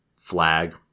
flag